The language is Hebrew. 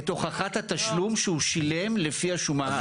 את הוכחת התשלום שהוא שילם לפי השומה העצמית.